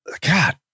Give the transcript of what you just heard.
God